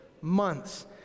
months